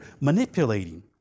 manipulating